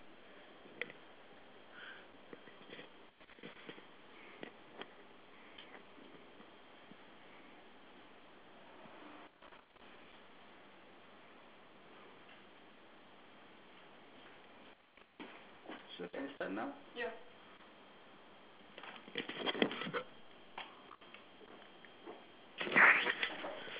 shoot forward uh no okay on the top on top of the on the top of the two person is there a like uh